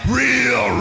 real